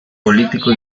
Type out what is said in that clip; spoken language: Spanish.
político